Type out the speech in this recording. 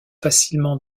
facilement